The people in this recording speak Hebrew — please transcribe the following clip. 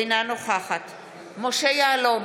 אינה נוכחת משה יעלון,